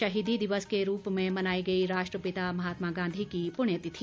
शहीदी दिवस के रूप में मनाई गई राष्ट्रपिता महात्मा गांधी की पुण्यतिथि